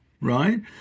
right